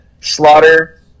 Slaughter